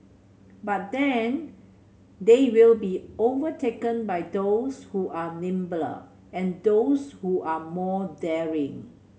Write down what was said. but then they will be overtaken by those who are nimbler and those who are more daring